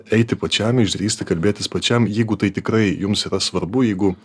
eiti pačiam išdrįsti kalbėtis pačiam jeigu tai tikrai jums yra svarbu jeigu